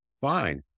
fine